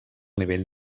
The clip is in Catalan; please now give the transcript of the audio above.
nivell